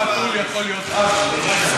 כל חתול יכול להיות אבא,